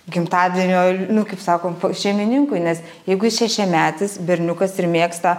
gimtadienio ir kaip sakom p šeimininkui nes jeigu jis šešiametis berniukas ir mėgsta